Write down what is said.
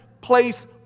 place